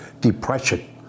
depression